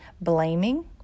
Blaming